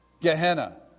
Gehenna